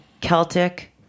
Celtic